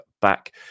back